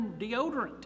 deodorant